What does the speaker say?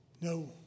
No